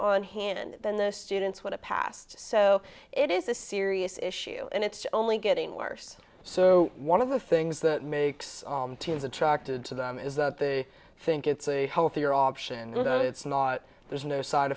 hand and then the students would have passed so it is a serious issue and it's only getting worse so one of the things that makes teens attracted to them is that the think it's a healthier option it's not there's no side